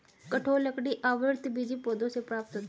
कठोर लकड़ी आवृतबीजी पौधों से प्राप्त होते हैं